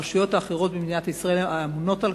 הרשויות האחרות במדינת ישראל האמונות על